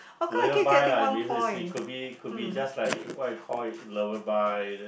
it could be could be just like what you call it lullaby